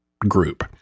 group